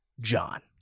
John